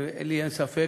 לי אין ספק,